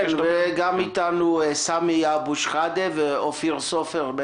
איתנו נמצאים גם סמי אבו שחאדה ואופיר סופר,